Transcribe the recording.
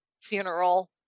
funeral